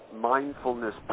mindfulness